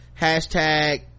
Hashtag